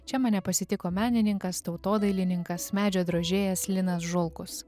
čia mane pasitiko menininkas tautodailininkas medžio drožėjas linas žulkus